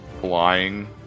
flying